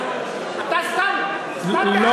לא,